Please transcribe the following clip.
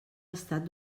estat